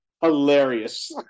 Hilarious